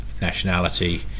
nationality